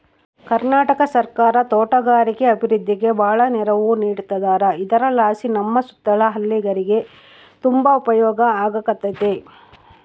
ಕರ್ನಾಟಕ ಸರ್ಕಾರ ತೋಟಗಾರಿಕೆ ಅಭಿವೃದ್ಧಿಗೆ ಬಾಳ ನೆರವು ನೀಡತದಾರ ಇದರಲಾಸಿ ನಮ್ಮ ಸುತ್ತಲ ಹಳ್ಳೇರಿಗೆ ತುಂಬಾ ಉಪಯೋಗ ಆಗಕತ್ತತೆ